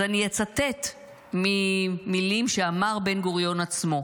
אז אני אצטט ממילים שאמר בן-גוריון עצמו: